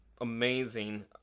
amazing